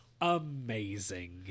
Amazing